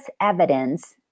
evidence